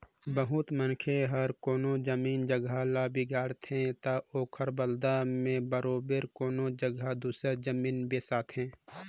बहुत मनखे हर कोनो जमीन जगहा ल बिगाड़थे ता ओकर बलदा में बरोबेर कोनो जगहा दूसर जमीन बेसाथे